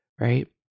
right